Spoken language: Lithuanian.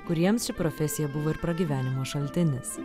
kuriems ši profesija buvo ir pragyvenimo šaltinis